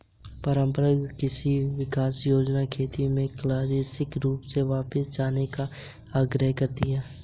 परम्परागत कृषि विकास योजना खेती के क्लासिक रूपों पर वापस जाने का आग्रह करती है